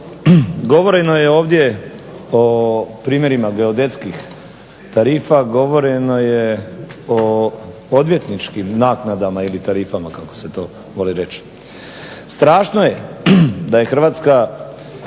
Govoreno je ovdje o primjerima geodetskih tarifa, govoreno je o odvjetničkim naknadama ili tarifama kako se to voli reći. Strašno je da je Hrvatska